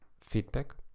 Feedback